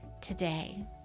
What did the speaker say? today